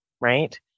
right